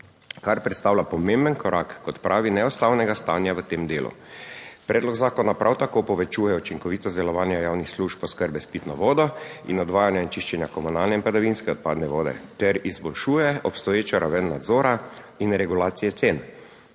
kar predstavlja pomemben korak k odpravi neustavnega stanja v tem delu. Predlog zakona prav tako povečuje učinkovitost delovanja javnih služb oskrbe s pitno vodo iIn odvajanja in čiščenja komunalne in padavinske odpadne vode ter izboljšuje obstoječo raven nadzora. In regulacije cen,